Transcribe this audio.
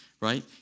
right